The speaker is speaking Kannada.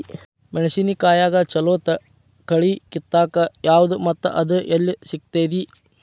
ಮೆಣಸಿನಕಾಯಿಗ ಛಲೋ ಕಳಿ ಕಿತ್ತಾಕ್ ಯಾವ್ದು ಮತ್ತ ಅದ ಎಲ್ಲಿ ಸಿಗ್ತೆತಿ?